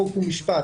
חוק ומשפט,